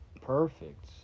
perfect